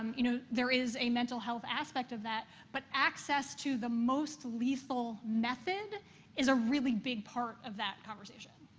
um you know, there is a mental-health aspect of that, but access to the most lethal method is a really big part of that conversation.